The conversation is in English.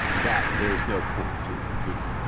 that there's no point to an appeal.